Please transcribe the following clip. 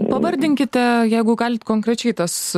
pavardinkite jeigu gali konkrečiai tas